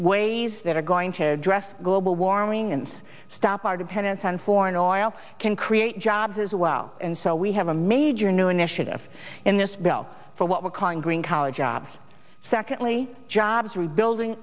ways that are going to address global warming and stop our dependence on foreign oil can create jobs as well and so we have a major new initiative in this bill for what we're calling green collar jobs secondly jobs rebuilding